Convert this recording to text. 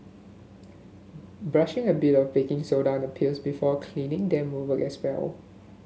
brushing a bit of baking soda on peels before cleaning them will work as well